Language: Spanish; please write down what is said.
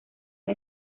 una